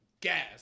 Gas